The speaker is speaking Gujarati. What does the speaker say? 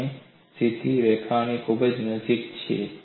અમે સીધી રેખાઓની ખૂબ નજીક છીએ